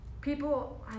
people